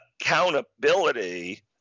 accountability